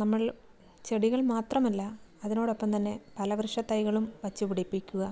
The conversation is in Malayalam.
നമ്മളിൽ ചെടികൾ മാത്രമല്ല അതിനോടൊപ്പം തന്നെ പല വൃക്ഷ തൈകളും പച്ചപിടിപ്പിക്കുക